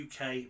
UK